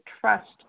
trust